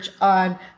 on